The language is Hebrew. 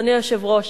אדוני היושב-ראש,